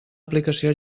aplicació